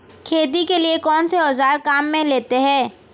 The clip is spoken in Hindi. खेती के लिए कौनसे औज़ार काम में लेते हैं?